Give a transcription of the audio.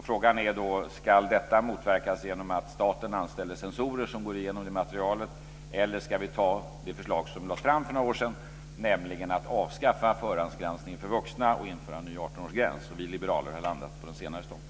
Frågan är då: Ska detta motverkas genom att staten anställer censorer som går igenom materialet eller ska vi anta det förslag som lades fram för några år sedan, nämligen att avskaffa förhandsgranskning för vuxna och införa en ny 18-årsgräns? Vi liberaler har landat på den senare ståndpunkten.